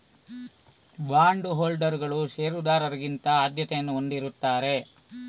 bond ಹೋಲ್ಡರುಗಳು ಷೇರುದಾರರಿಗಿಂತ ಆದ್ಯತೆಯನ್ನು ಹೊಂದಿರುತ್ತಾರೆ